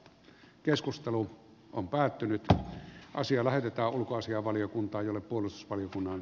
keskustelu on päättynyt ja asia lähetetään ulkoasiainvaliokuntaan jolle tunnuspalkinnon